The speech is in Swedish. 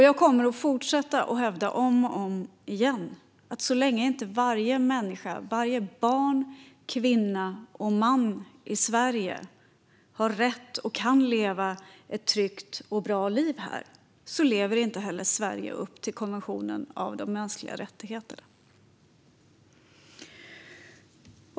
Jag kommer att fortsätta att hävda, om och om igen, att så länge inte varje människa, varje barn, kvinna och man, kan leva ett tryggt och bra liv i Sverige lever Sverige inte upp till konventionen om de mänskliga rättigheterna.